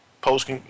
post